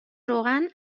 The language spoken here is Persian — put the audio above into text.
روغن